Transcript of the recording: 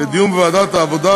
לוועדת העבודה,